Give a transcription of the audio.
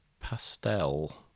pastel